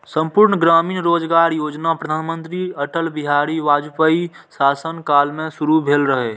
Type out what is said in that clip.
संपूर्ण ग्रामीण रोजगार योजना प्रधानमंत्री अटल बिहारी वाजपेयीक शासन काल मे शुरू भेल रहै